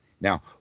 Now